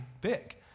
big